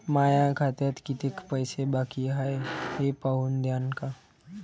माया खात्यात कितीक पैसे बाकी हाय हे पाहून द्यान का?